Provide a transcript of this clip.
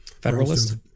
Federalist